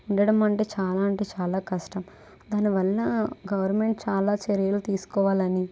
ఉండడం అంటే చాలా అంటే చాలా కష్టం దానివల్ల గవర్నమెంట్ చాలా చర్యలు తీసుకోవాలని